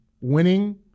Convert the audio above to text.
winning